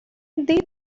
they